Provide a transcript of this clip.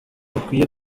bakwiye